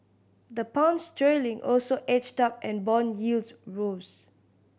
the Pound sterling also edged up and bond yields rose